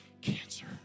cancer